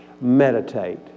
Meditate